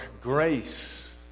grace